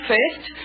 First